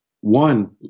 one